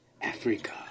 Africa